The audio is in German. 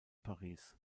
paris